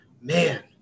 man